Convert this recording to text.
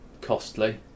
costly